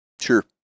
Sure